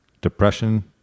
depression